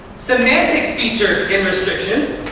semantic features in restrictions,